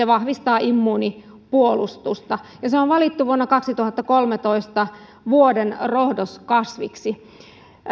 vahvistaa immuunipuolustusta ja se on valittu vuonna kaksituhattakolmetoista vuoden rohdoskasviksi